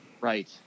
Right